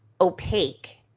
opaque